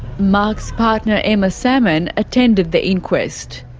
mark's partner emma salmon attended the inquest.